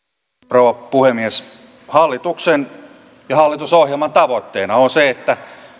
rouva puhemies hallituksen ja hallitusohjelman tavoitteena on se että